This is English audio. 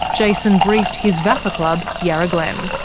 jason briefed his vafa club yarra glen.